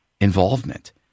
involvement